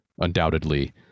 undoubtedly